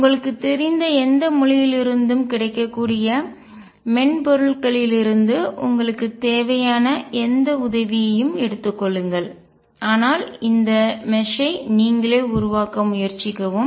உங்களுக்குத் தெரிந்த எந்த மொழியிலிருந்தும் கிடைக்கக்கூடிய மென்பொருட்களிலிருந்து உங்களுக்கு தேவையான எந்த உதவியும் எடுத்துக் கொள்ளுங்கள் ஆனால் இந்த மெஷ் ஐ நீங்களே உருவாக்க முயற்சிக்கவும்